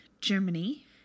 Germany